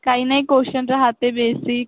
काही नाही कोशन राहते बेसिक